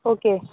okay